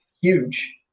huge